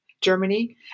Germany